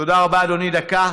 תודה רבה, אדוני, דקה,